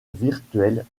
virtuelle